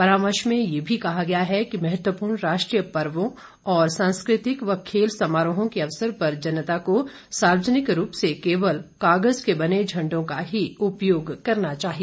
परामर्श में यह भी कहा गया है कि महत्वपूर्ण राष्ट्रीय पर्वों और सांस्कृतिक तथा खेल समारोहों के अवसर पर जनता को सार्वजनिक रूप से केवल कागज के बने झंडों का ही उपयोग करना चाहिए